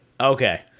Okay